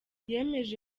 yemeje